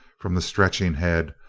from the stretching head,